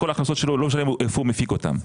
כל ההכנסות שלו, לא משנה היכן הוא מפיק אותן.